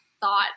thought